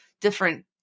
different